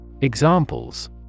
Examples